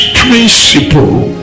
principle